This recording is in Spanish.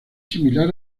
similar